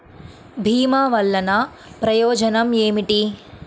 భీమ వల్లన ప్రయోజనం ఏమిటి?